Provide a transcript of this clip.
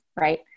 Right